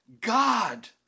God